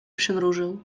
przymrużył